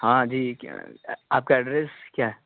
ہاں جی آپ کا ایڈریس کیا ہے